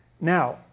Now